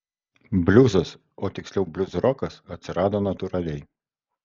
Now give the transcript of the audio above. bliuzas o tiksliau bliuzrokas atsirado natūraliai